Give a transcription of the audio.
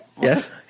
Yes